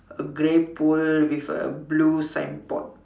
a grey pool with a blue signboard